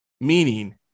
meaning